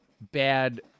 bad